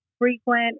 frequent